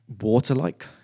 water-like